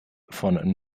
von